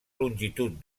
longitud